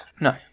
No